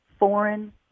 foreign